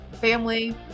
family